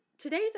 Today's